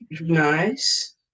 nice